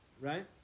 right